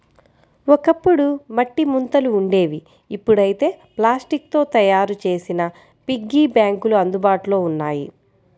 ఒకప్పుడు మట్టి ముంతలు ఉండేవి ఇప్పుడైతే ప్లాస్టిక్ తో తయ్యారు చేసిన పిగ్గీ బ్యాంకులు అందుబాటులో ఉన్నాయి